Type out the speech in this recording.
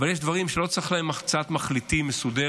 אבל יש דברים שלגביהם לא צריך הצעת מחליטים מסודרת,